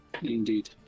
indeed